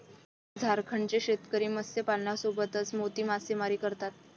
झारखंडचे शेतकरी मत्स्यपालनासोबतच मोती मासेमारी करतात